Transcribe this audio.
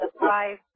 five